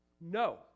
No